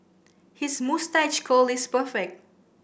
his moustache curl is perfect